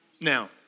Now